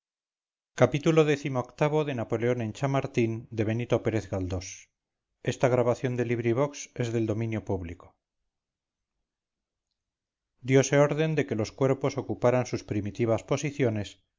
xxvii xxviii xxix napoleón en chamartín de benito pérez galdós diose orden de que los cuerpos ocuparan sus primitivas posiciones